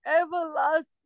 everlasting